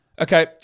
Okay